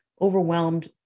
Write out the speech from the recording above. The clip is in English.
overwhelmed